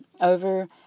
over